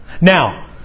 Now